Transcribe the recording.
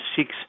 six